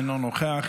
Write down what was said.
אינו נוכח,